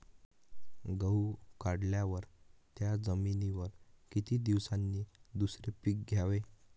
गहू काढल्यावर त्या जमिनीवर किती दिवसांनी दुसरे पीक घ्यावे?